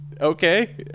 Okay